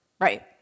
Right